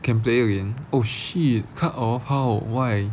can play again oh shit cut off how why